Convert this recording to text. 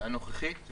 -- הנוכחית,